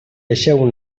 deixeu